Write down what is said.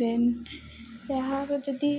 ଦେନ୍ ଏହାର ଯଦି